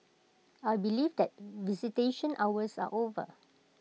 I believe that visitation hours are over